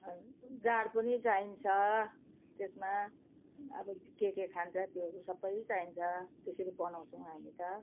अनि जाँड पनि चाहिन्छ त्यसमा अब के के खान्छ त्योहरू सबै चाहिन्छ त्यसरी बनाउँछौँ हामी त